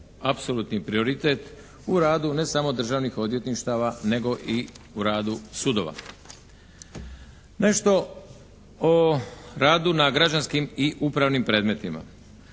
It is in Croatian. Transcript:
apsolutni prioritet u radu ne samo državnih odvjetništava nego i u radu sudova. Nešto o radu na građanskim i upravnim predmetima.